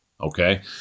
Okay